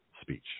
speech